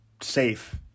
safe